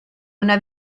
una